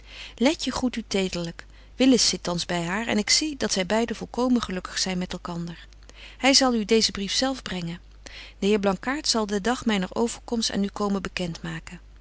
letje groet u tederlyk willis zit thans by haar en ik zie dat zy beide volkomen gelukkig zyn met elkander hy zal u deezen brief zelf brengen de heer blankaart zal den dag myner overkomst aan u komen bekent maken